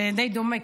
זה די דומה,